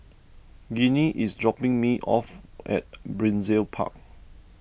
Ginny is dropping me off at Brizay Park